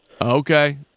Okay